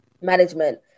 management